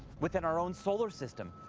within our own solar system,